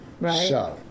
Right